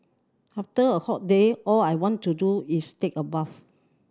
after a hot day all I want to do is take a bath